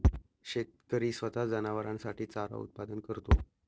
शेतकरी स्वतः जनावरांसाठी चारा उत्पादन करतो